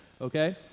okay